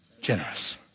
generous